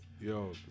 Yo